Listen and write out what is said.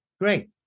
Great